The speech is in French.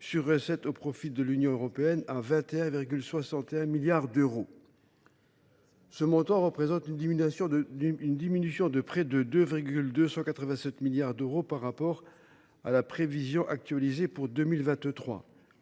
sur recettes au profit de l’Union européenne à 21,61 milliards d’euros. Ce montant représente une diminution de près de 2,287 milliards par rapport à la prévision actualisée pour 2023.